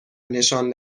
نشان